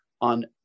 on